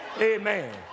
Amen